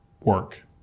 work